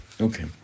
Okay